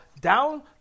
down